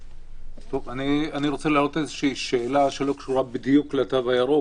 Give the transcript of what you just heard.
אני רוצה להעלות איזושהי שאלה שלא קשורה בדיוק לתו הירוק,